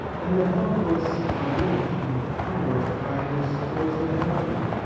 and the helpless are rich in a power of kindness towards the helpful.